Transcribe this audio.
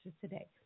today